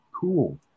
cool